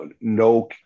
no